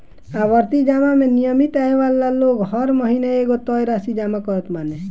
आवर्ती जमा में नियमित आय वाला लोग हर महिना एगो तय राशि जमा करत बाने